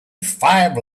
five